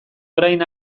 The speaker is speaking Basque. orain